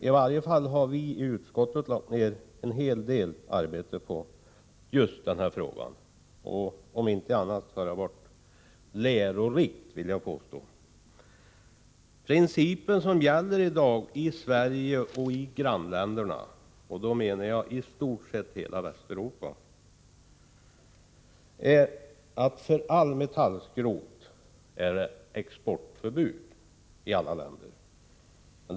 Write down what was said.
I varje fall har vi i utskottet lagt ned en hel del arbete på just denna fråga. Om inte annat så har detta varit lärorikt, vill jag påstå. Den princip som i dag gäller i Sverige och i grannländerna — då menar jag i stort sett hela Västeuropa — är att det är exportförbud i alla länder för all metallskrot.